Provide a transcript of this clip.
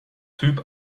typ